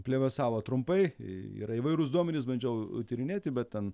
plevėsavo trumpai i yra įvairūs duomenys bandžiau tyrinėti bet ten